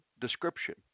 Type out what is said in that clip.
description